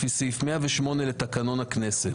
לפי סעיף 108 לתקנון הכנסת,